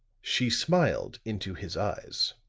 she smiled into his eyes.